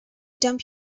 dump